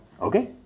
okay